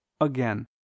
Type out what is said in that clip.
Again